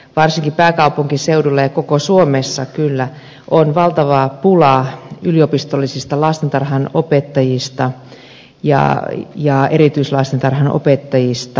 varsinkin pääkaupunkiseudulla ja koko suomessa kyllä on valtava pula yliopistollisista lastentarhanopettajista ja erityislastentarhanopettajista